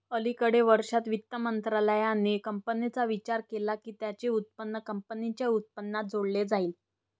अलिकडे वर्षांत, वित्त मंत्रालयाने कंपन्यांचा विचार केला की त्यांचे उत्पन्न कंपनीच्या उत्पन्नात जोडले जाईल